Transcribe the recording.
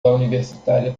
universitária